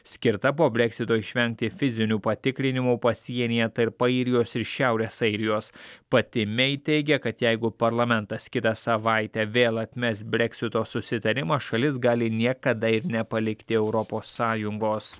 skirta po brexito išvengti fizinių patikrinimų pasienyje tarp airijos ir šiaurės airijos pati mei teigia kad jeigu parlamentas kitą savaitę vėl atmes brexito susitarimą šalis gali niekada ir nepalikti europos sąjungos